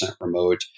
remote